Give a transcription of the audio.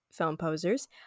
filmposers